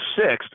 Sixth